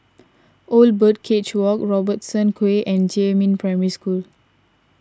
Old Birdcage Walk Robertson Quay and Jiemin Primary School